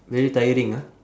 very tiring ah